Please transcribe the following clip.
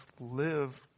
live